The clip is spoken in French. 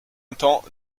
attends